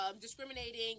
discriminating